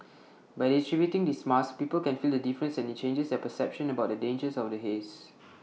by distributing these masks people can feel the difference and IT changes their perception about the dangers of the haze